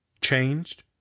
changed